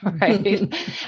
Right